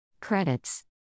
Credits